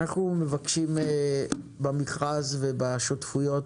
אנחנו מבקשים במכרז ובשותפויות